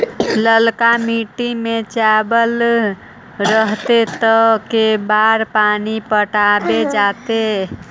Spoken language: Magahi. ललका मिट्टी में चावल रहतै त के बार पानी पटावल जेतै?